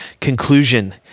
conclusion